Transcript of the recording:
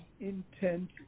intent